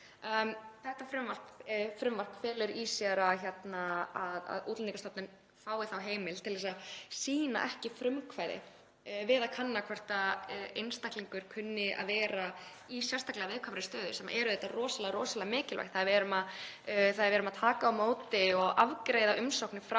Þetta frumvarp felur í sér að Útlendingastofnun fái heimild til að sýna ekki frumkvæði við að kanna hvort einstaklingur kunni að vera í sérstaklega viðkvæmri stöðu sem er auðvitað rosalega mikilvægt þegar við erum að taka á móti og afgreiða umsóknir frá